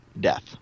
death